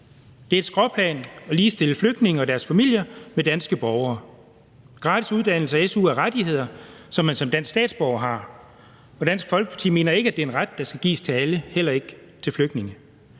Det er et skråplan at ligestille flygtninge og deres familier med danske borgere. Gratis uddannelse og su er rettigheder, som man som dansk statsborger har, og Dansk Folkeparti mener ikke, det er en ret, der skal gives til alle, heller ikke til flygtninge.